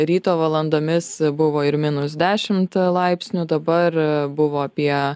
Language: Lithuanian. ryto valandomis buvo ir minus dešimt laipsnių dabar buvo apie